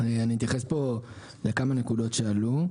אתייחס פה לכמה נקודות שעלו.